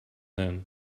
then